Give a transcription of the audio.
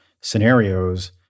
scenarios